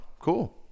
cool